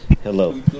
Hello